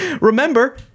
Remember